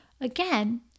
Again